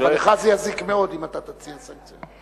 אבל לך זה יזיק מאוד אם תציע סנקציות.